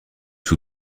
sous